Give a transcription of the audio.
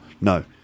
No